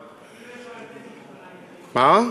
אפילו יש חבר כנסת, מה?